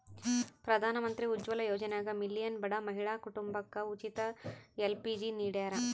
ಪ್ರಧಾನಮಂತ್ರಿ ಉಜ್ವಲ ಯೋಜನ್ಯಾಗ ಮಿಲಿಯನ್ ಬಡ ಮಹಿಳಾ ಕುಟುಂಬಕ ಉಚಿತ ಎಲ್.ಪಿ.ಜಿ ನಿಡ್ಯಾರ